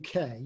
UK